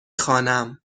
خوانم